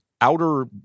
outer